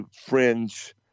fringe